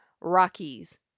Rockies